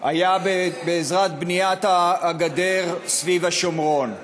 הייתה בעזרת בניית הגדר סביב השומרון,